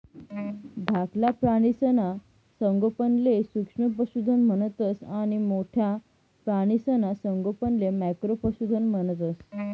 धाकला प्राणीसना संगोपनले सूक्ष्म पशुधन म्हणतंस आणि मोठ्ठा प्राणीसना संगोपनले मॅक्रो पशुधन म्हणतंस